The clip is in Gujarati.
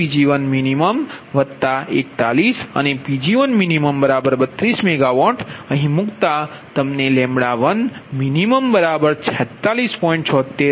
18Pg1min41 અને Pg1min32MWઅહીં મૂકતા તમને11min46